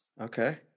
Okay